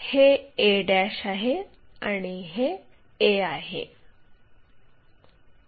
हे a आहे आणि हे a आहे